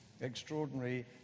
extraordinary